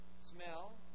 smell